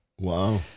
Wow